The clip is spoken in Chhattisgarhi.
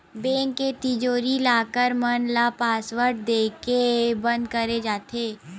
बेंक के तिजोरी, लॉकर मन ल पासवर्ड देके बंद करे जाथे